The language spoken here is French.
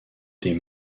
des